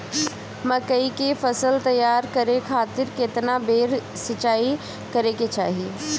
मकई के फसल तैयार करे खातीर केतना बेर सिचाई करे के चाही?